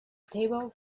table